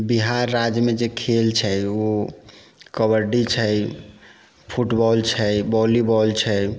बिहार राज्य मे जे खेल छै ओ कबड्डी छै फुटबॉल छै वॉलीबॉल छै